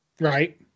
Right